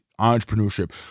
entrepreneurship